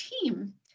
team